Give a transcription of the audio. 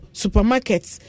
supermarkets